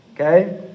Okay